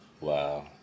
Wow